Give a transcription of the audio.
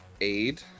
aid